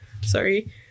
Sorry